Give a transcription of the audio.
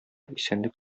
исәнлек